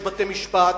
יש בתי-משפט,